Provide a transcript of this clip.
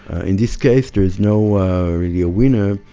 in this case, there is no ah real winner.